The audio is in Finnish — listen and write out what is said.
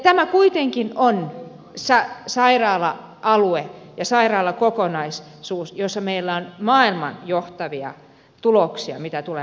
tämä kuitenkin on sairaala alue ja sairaalakokonaisuus jossa meillä on maailman johtavia tuloksia mitä tulee lääketieteeseen